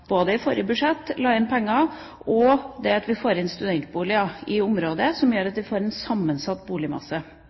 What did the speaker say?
både i forrige budsjett, der vi la inn penger, og ved at vi får inn studentboliger i området – noe som gjør at vi får en sammensatt boligmasse.